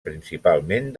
principalment